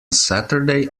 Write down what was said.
saturday